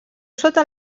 sota